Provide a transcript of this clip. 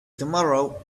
tomorrow